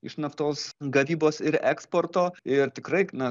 iš naftos gavybos ir eksporto ir tikrai na